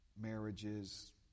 marriages